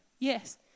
Yes